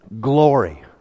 glory